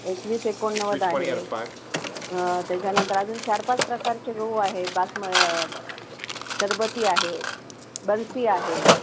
एकवीस एकोणनव्वद आहे त्याच्यानंतर अजून चार पाच प्रकारचे गहू आहेत बासम शरबती आहे बन्सी आहे